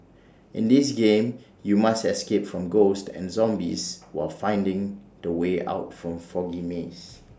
in this game you must escape from ghosts and zombies while finding the way out from foggy maze